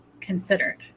considered